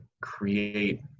create